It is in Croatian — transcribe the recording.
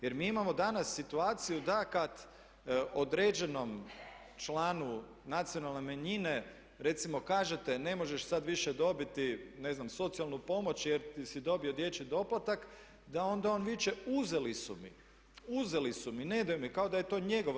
Jer mi imamo danas situaciju da kada određenom članu nacionalne manjine recimo kažete ne možeš sada više dobiti ne znam socijalnu pomoć jer si dobio dječji doplatak, da onda on viče uzeli su mi, uzeli su mi, ne daju mi, kao da je to njegovo.